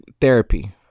Therapy